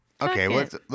Okay